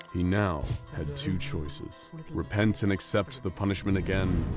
he now had two choices repent and accept the punishment again,